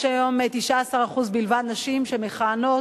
יש היום 19% בלבד נשים שמכהנות